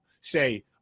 say